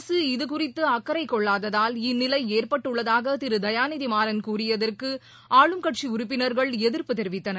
அரசு இதுகுறித்து அக்கறை கொள்ளாததால் இந்நிலை ஏற்பட்டுள்ளதாக திரு தயாநிதிமாறன் கூறியதற்கு ஆளும் கட்சி உறுப்பினர்கள் எதிர்ப்பு தெரிவித்தனர்